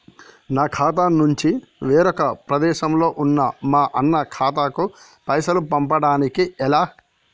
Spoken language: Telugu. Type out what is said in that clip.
నా ఖాతా నుంచి వేరొక ప్రదేశంలో ఉన్న మా అన్న ఖాతాకు పైసలు పంపడానికి ఎలా?